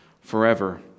forever